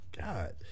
God